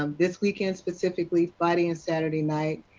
um this weekend specifically, friday and saturday night,